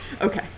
Okay